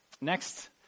Next